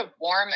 warm